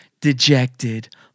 dejected